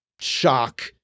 shock